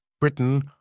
Britain